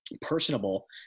personable